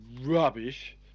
rubbish